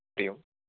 हरिः ओं